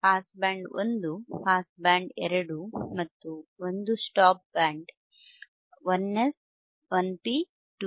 pass band ಒಂದು pass band ಎರಡು ಮತ್ತು ಒಂದು stop band 1S 1P 2P